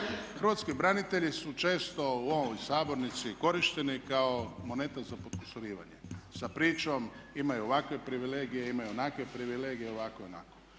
Hrvatski branitelji su često u ovoj sabornici korišteni kao moneta za potkusurivanje sa pričom imaju ovakve privilegije, imaju onakve privilegije, ovako i onako.